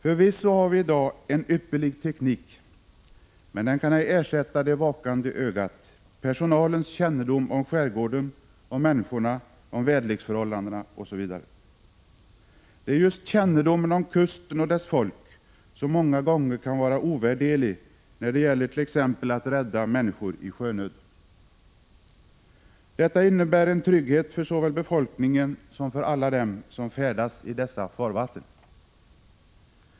Förvisso har vi i dag en ypperlig teknik, men den kan inte ersätta ”det vakande ögat”, personalens kännedom om skärgården, människorna, väderleksförhållandena osv. Det är just kännedomen om kusten och dess folk som många gånger kan vara ovärderlig, när det t.ex. gäller att rädda människor i sjönöd. Detta innebär en trygghet för såväl befolkningen som alla dem som färdas i dessa farvatten.